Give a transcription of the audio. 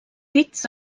dits